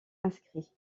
inscrits